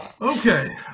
Okay